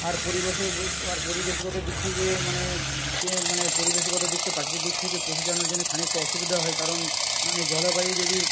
আর পরিবেশেও আর পরিবেশগত দিক থেকে মানে কী হয় মানে পরিবেশগত দিক থেকে প্রাকৃতিক দিক থেকে পশুচারণের জন্য খানিকটা অসুবিধা হয় কারণ মানে জলবায়ু যদি